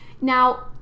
Now